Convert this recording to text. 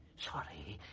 sorry,